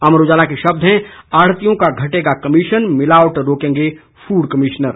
अमर उजाला के शब्द हैं आढ़तियों का घटेगा कमीशन मिलावट रोकेंगे फूड कमीशनर